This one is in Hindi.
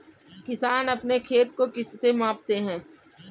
किसान अपने खेत को किससे मापते हैं?